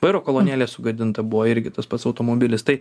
vairo kolonėlė sugadinta buvo irgi tas pats automobilis tai